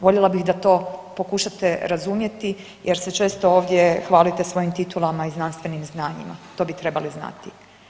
Voljela bih da to pokušate razumjeti jer se često ovdje hvalite svojim titulama i znanstvenim znanjima, to bi trebali znati.